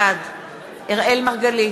בעד אראל מרגלית,